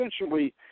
essentially